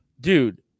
dude